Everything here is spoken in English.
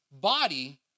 body